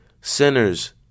sinners